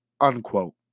unquote